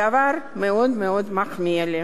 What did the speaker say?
הדבר מאוד מאוד מחמיא לי.